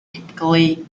typically